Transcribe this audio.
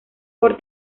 por